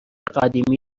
قدیمی